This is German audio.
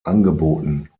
angeboten